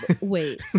wait